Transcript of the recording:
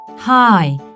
Hi